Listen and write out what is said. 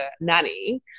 nanny